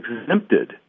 exempted